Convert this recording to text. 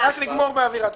הישיבה נעולה.